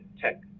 tech